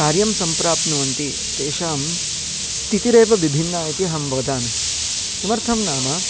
कार्यं सम्प्राप्नुवन्ति तेषां स्थितिरेव विभिन्ना इति अहं वदामि किमर्थं नाम